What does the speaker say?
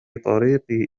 طريقي